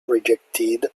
rejected